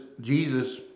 Jesus